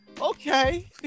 Okay